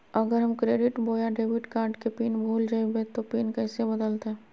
अगर हम क्रेडिट बोया डेबिट कॉर्ड के पिन भूल जइबे तो पिन कैसे बदलते?